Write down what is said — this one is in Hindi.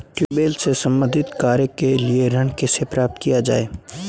ट्यूबेल से संबंधित कार्य के लिए ऋण कैसे प्राप्त किया जाए?